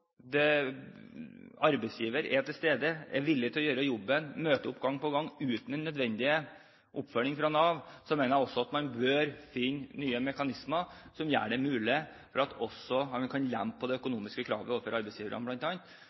arbeidsgiver er til stede, er villig til å gjøre jobben, møter opp gang på gang uten nødvendig oppfølging fra Nav, mener jeg også at man bør finne nye mekanismer som gjør det mulig å lempe på det økonomiske kravet overfor arbeidsgiverne,